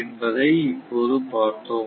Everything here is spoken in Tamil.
என்பதை இப்போது பார்த்தோம்